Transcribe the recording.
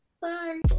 Bye